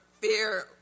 fear